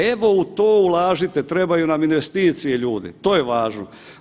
Evo u to ulažite, trebaju nam investicije ljudi to je važno.